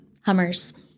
Hummers